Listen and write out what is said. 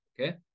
Okay